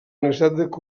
universitat